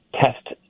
test